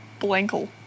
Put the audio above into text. blankle